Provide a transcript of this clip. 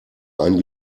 ein